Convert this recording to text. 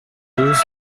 douze